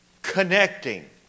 Connecting